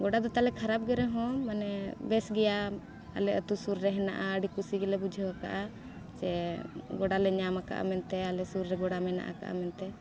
ᱜᱚᱰᱟ ᱫᱚ ᱛᱟᱦᱚᱞᱮ ᱠᱷᱟᱨᱟᱯ ᱜᱮ ᱨᱮᱦᱚᱸ ᱢᱟᱱᱮ ᱵᱮᱥ ᱜᱮᱭᱟ ᱟᱞᱮ ᱟᱛᱳ ᱥᱩᱨ ᱨᱮ ᱦᱮᱱᱟᱜᱼᱟ ᱟᱹᱰᱤ ᱠᱩᱥᱤ ᱜᱮᱞᱮ ᱵᱩᱡᱷᱟᱹᱣ ᱠᱟᱜᱼᱟ ᱪᱮ ᱜᱚᱰᱟ ᱞᱮ ᱧᱟᱢ ᱠᱟᱜᱼᱟ ᱢᱮᱱᱛᱮ ᱟᱞᱮ ᱥᱩᱨ ᱨᱮ ᱜᱚᱰᱟ ᱢᱮᱱᱟᱜ ᱟᱠᱟᱫ ᱢᱮᱱᱛᱮ